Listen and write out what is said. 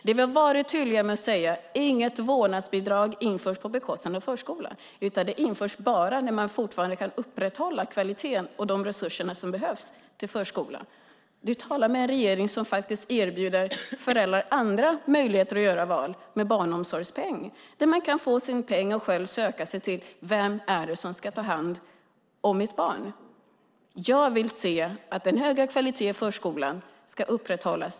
Det vi har varit tydliga med att säga är att inget vårdnadsbidrag införs på bekostnad av förskolan, utan det införs bara när man fortfarande kan upprätthålla kvaliteten och de resurser som behövs till förskolan. Du talar med en regering som faktiskt erbjuder föräldrar andra möjligheter att göra val med barnomsorgspeng, där man kan få sin peng och själv söka sig fram till vem som ska ta hand om ens barn. Jag vill att den höga kvaliteten i förskolan ska upprätthållas.